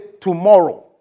tomorrow